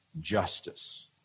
justice